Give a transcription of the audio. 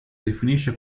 definisce